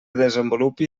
desenvolupi